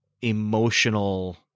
emotional